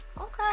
okay